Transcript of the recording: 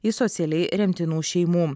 iš socialiai remtinų šeimų